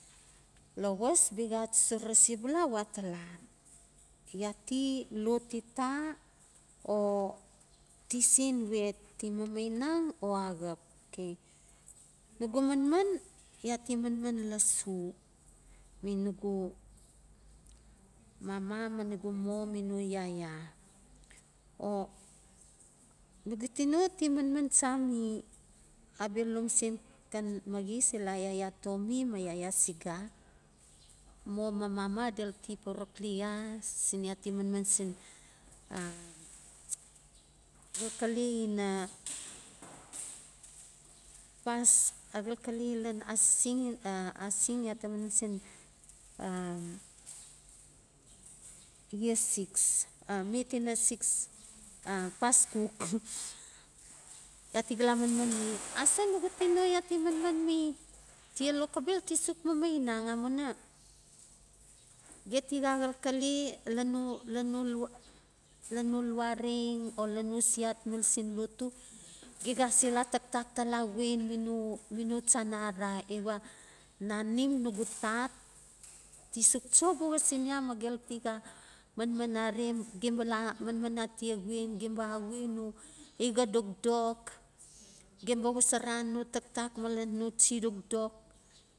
Lowas biaxa achurara sebula a we atala. Ya ti lot ita o ti sen we, ti mamainang o axap? Nugu manman ya ti manman lasu mi nugu mama, ma nugu mo mi no yaya. O nugu tino ti manman cha mi abia mosen xan maxis, ila yaya tomi ma yaya siga, mo ma mama delu ti porokili ya ya ti manman sin a xalexale ina xalxale lan asising ya ta manman sin yea six a met ina six a paskuk yati ga la manman mi aso nugu tino ya ti man ma mi tia lokobel ti suk mamainang amuina geti xa xalxale lan no lan no lan no lawareng o lan no lasiat mil sin lotu ge ga se la taktak tala xuen mi no, mi no chana arara. Iwa nanim nugu tat ti suk cho buxa sin ya ma gelu ti xa manman are, gem ba la manman atia xuen gen ba axui no ixa dokdok gem ba xosora no taktak malen no chi dokdok.